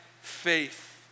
faith